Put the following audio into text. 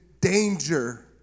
danger